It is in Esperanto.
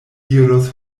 iros